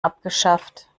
abgeschafft